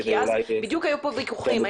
בדיוק היו פה ויכוחים,